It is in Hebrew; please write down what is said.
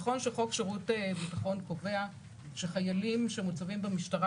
נכון שחוק שירות ביטחון קובע שחיילים שמוצבים במשטרה